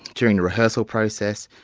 during the rehearsal process,